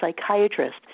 psychiatrist